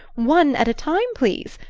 one at a time, please.